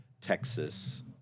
Texas